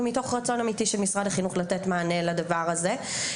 ומתוך רצון אמיתי של משרד החינוך לתת מענה לדבר הזה.